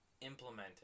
implementing